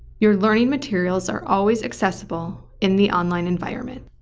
your learning materials are always accessible in the online environment.